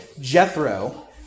Jethro